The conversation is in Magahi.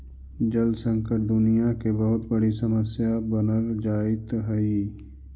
जल संकट दुनियां के बहुत बड़ी समस्या बनल जाइत हई